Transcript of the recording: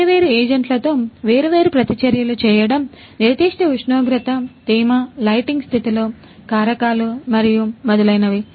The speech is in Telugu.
వేర్వేరు ఏజెంట్లతో వేర్వేరు ప్రతిచర్యలు చేయడం నిర్దిష్ట ఉష్ణోగ్రత తేమ లైటింగ్ స్థితిలో కారకాలు మరియు మొదలైనవి